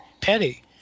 petty